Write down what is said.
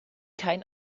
kein